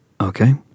Okay